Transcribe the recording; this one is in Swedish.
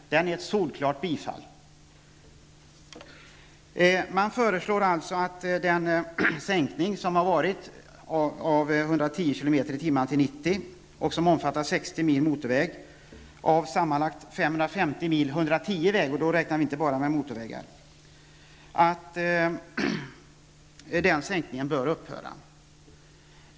Den utgör ett solklart tillstyrkande. I skrivningen föreslås att den sänkning som hittills har varit från 110 km/tim till 90, och som omfattar 60 mil motorväg av sammanlagt 550 mil 110-vägar, som inte bara är motorvägar, skall upphöra.